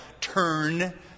turn